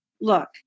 look